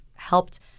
helped